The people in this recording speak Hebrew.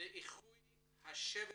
לאיחוי השבר